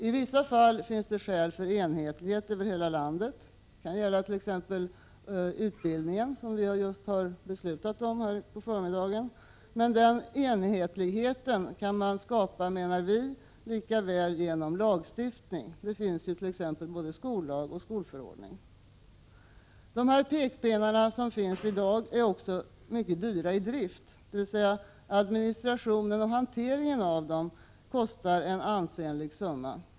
I vissa fall finns det skäl för enhetlighet över hela landet, t.ex. i fråga om utbildning, som vi beslutat om under förmiddagen, men sådan enhetlighet kan skapas lika väl genom lagstiftning — där finns ju t.ex. skollag och skolförordning. Dagens statliga pekpinnar är också dyra i drift, dvs. att administrationen och hanteringen av dem kostar en ansenlig summa.